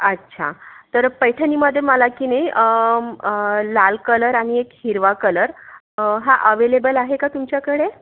अच्छा तर पैठणीमध्ये मला की नाही लाल कलर आणि एक हिरवा कलर हा अवेलेबल आहे का तुमच्याकडे